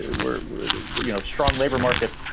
we're we're the you know strong labor market.